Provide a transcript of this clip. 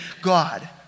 God